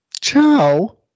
Ciao